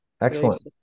excellent